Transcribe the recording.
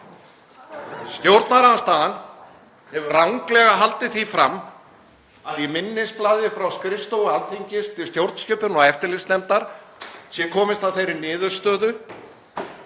Stjórnarandstaðan hefur ranglega haldið því fram að í minnisblaði frá skrifstofu Alþingis til stjórnskipunar- og eftirlitsnefndar sé komist að þeirri niðurstöðu